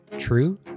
True